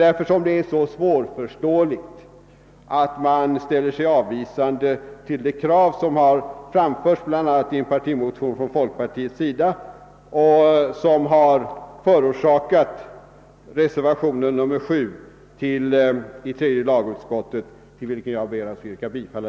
Därför är det så svårförståeligt att man ställer sig avvisande till de krav, som har framförts bl.a. i partimotion från folkpartiet och som har föranlett reservationen VII, till vilken jag, herr talman, ber att få yrka bifall.